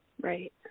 right